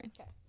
Okay